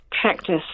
practice